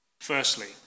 firstly